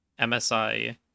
MSI